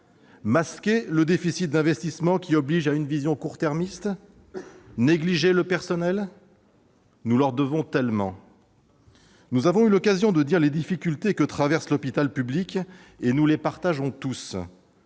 Masquer le déficit d'investissement qui oblige à une vision court-termiste ? Négliger le personnel ? Nous lui devons tellement .... Nous avons eu l'occasion de dire les difficultés que connaît l'hôpital public, et nous admettons tous